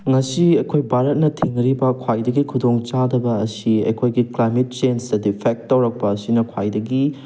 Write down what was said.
ꯉꯁꯤ ꯑꯩꯈꯣꯏ ꯚꯥꯔꯠꯅ ꯊꯦꯡꯅꯔꯤꯕ ꯈ꯭ꯋꯥꯏꯗꯒꯤ ꯈꯨꯗꯣꯡꯆꯥꯗꯕ ꯑꯁꯤ ꯑꯩꯈꯣꯏꯒꯤ ꯀ꯭ꯂꯥꯏꯃꯦꯠ ꯆꯦꯟꯖꯅ ꯗꯤꯐꯦꯛ ꯇꯧꯔꯛꯄ ꯑꯁꯤꯅ ꯈ꯭ꯋꯥꯏꯗꯒꯤ